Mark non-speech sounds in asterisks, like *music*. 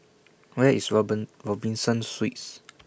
Where IS *unintelligible* Robinson Suites